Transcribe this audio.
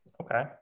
Okay